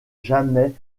jamais